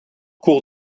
cours